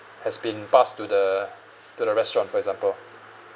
has been passed to the to the restaurant for example